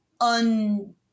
un-